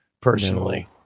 personally